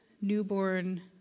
newborn